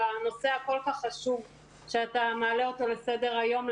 על הנושא הכול כך חשוב שאתה מעלה אותו לסדר היום.